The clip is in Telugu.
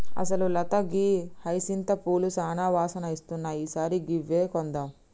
అసలు లత గీ హైసింత పూలు సానా వాసన ఇస్తున్నాయి ఈ సారి గివ్వే కొందాం